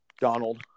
Donald